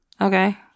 okay